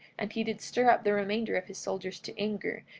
and he did stir up the remainder of his soldiers to anger,